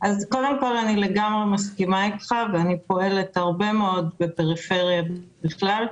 אני לגמרי מסכימה אתך ואני פועלת הרבה מאוד בפריפריה בכלל.